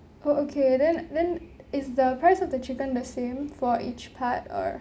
oh okay then then is the price of the chicken the same for each part uh